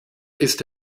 ist